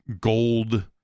gold